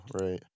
right